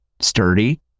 sturdy